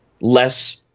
less